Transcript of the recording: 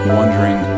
wondering